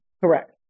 Correct